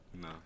no